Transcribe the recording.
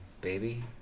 baby